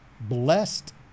blessed